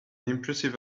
impressive